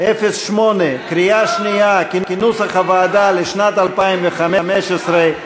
08, לשנת 2015, כנוסח הוועדה, קריאה שנייה.